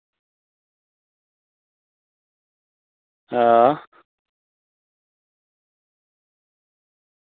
आं